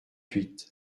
huit